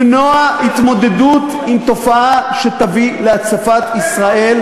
למנוע התמודדות עם תופעה שתביא להצפת ישראל,